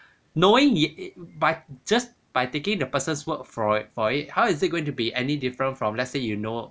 knowing it by just by taking the person's word for it for it how is it going to be any different from let's say you know